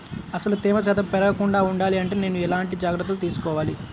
అసలు తేమ శాతం పెరగకుండా వుండాలి అంటే నేను ఎలాంటి జాగ్రత్తలు తీసుకోవాలి?